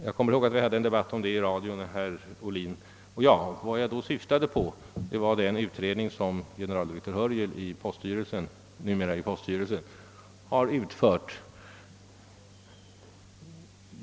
Jag kommer ihåg att herr Ohlin och jag hade en debatt om detta i radion. Vad jag då syftade på med min utfästelse var den utredning som generaldirektör Hörjel, numera i poststyrelsen, utfört.